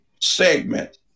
segment